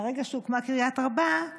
מהרגע שהוקמה קריית ארבע,